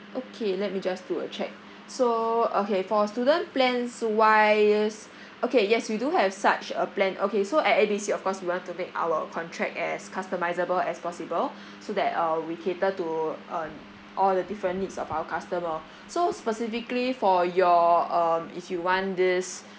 okay let me just do a check so okay for student plans wise okay yes we do have such a plan okay so at A B C of course we want to make our contract as customisable as possible so that uh we cater to um all the different needs of our customer so specifically for your um if you want this